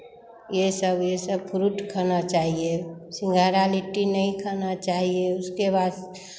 ये सब ये सब फ्रूट खाना चाहिए सिंघाड़ा लिट्टी नहीं खाना चाहिए उसके बाद